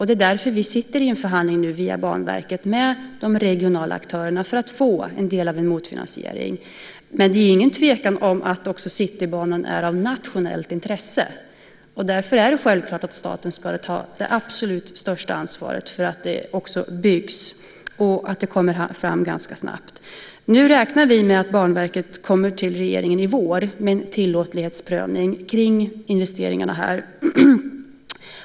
Det är därför vi nu sitter i en förhandling via Banverket med de regionala aktörerna, för att få en del av en motfinansiering. Det är ingen tvekan om att också Citybanan är av nationellt intresse. Därför är det självklart att staten ska ta det absolut största ansvaret för att den byggs och kommer fram ganska snabbt. Nu räknar vi med att Banverket kommer till regeringen i vår med en tillåtlighetsprövning kring investeringarna här.